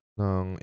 ng